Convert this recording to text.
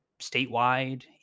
statewide